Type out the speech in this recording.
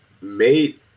made